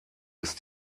ist